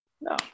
No